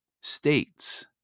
states